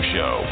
Show